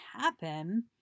happen